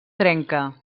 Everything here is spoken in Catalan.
trenca